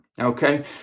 Okay